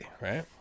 right